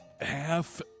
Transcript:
half